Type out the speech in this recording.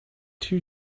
too